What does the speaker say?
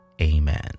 Amen